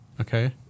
okay